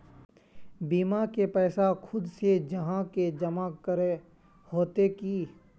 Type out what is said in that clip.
बीमा के पैसा खुद से जाहा के जमा करे होते की?